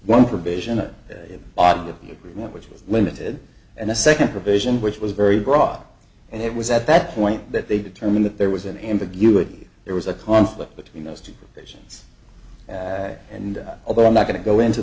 one provision of it obviously agreement which was limited and a second provision which was very broad and it was at that point that they determined that there was an ambiguity there was a conflict between those two visions and although i'm not going to go into